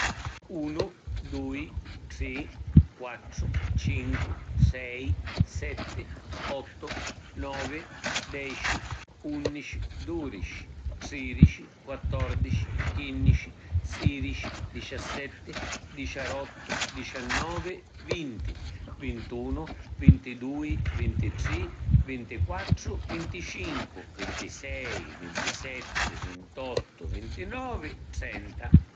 Unu, dui, tri, quattru, cincu, sei, setti, ottu, novi, deci, unnici, dudici, tridici, quattordici, chinnici, sidici, diciassetti, diciarottu, diciannovi, vinti, vintunu, vintidui, vintitri, vintiquattru, vinticincu, vintisei, vintisetti, vintottu, vintinovi, trenta